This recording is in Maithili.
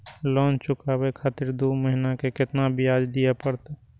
लोन चुकाबे खातिर दो महीना के केतना ब्याज दिये परतें?